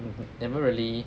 never really